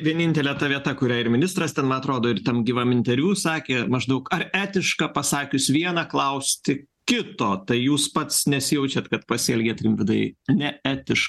vienintelė ta vieta kurią ir ministras ten man atrodo ir tam gyvam interviu sakė maždaug ar etiška pasakius vieną klausti kito tai jūs pats nesijaučiat kad pasielgėt rimvydai neetiškai